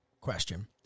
Question